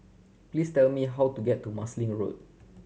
please tell me how to get to Marsiling Road